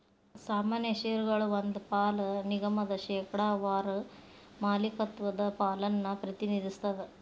ಸಾಮಾನ್ಯ ಷೇರಗಳ ಒಂದ್ ಪಾಲ ನಿಗಮದ ಶೇಕಡಾವಾರ ಮಾಲೇಕತ್ವದ ಪಾಲನ್ನ ಪ್ರತಿನಿಧಿಸ್ತದ